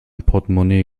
portmonee